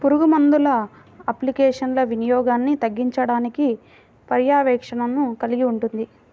పురుగుమందుల అప్లికేషన్ల వినియోగాన్ని తగ్గించడానికి పర్యవేక్షణను కలిగి ఉంటుంది